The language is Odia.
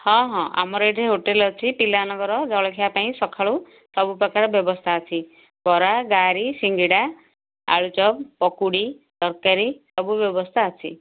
ହଁ ହଁ ଆମର ଏଠି ହୋଟେଲ୍ ଅଛି ପିଲାମାନଙ୍କର ଜଳଖିଆ ପାଇଁ ସକାଳୁ ସବୁ ପ୍ରକାର ବ୍ୟବସ୍ଥା ଅଛି ବରା ସିଙ୍ଗଡ଼ା ଆଳୁଚପ୍ ପକୁଡ଼ି ତରକାରୀ ସବୁ ବ୍ୟବସ୍ଥା ଅଛି